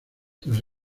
tras